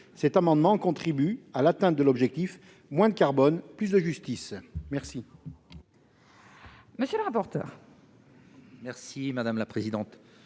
Cet amendement contribue à l'atteinte de l'objectif « moins de carbone, plus de justice ». Quel